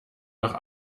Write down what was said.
noch